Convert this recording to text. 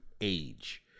age